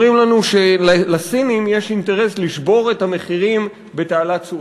אומרים לנו שלסינים יש אינטרס לשבור את המחירים בתעלת סואץ.